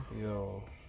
Yo